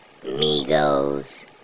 Migos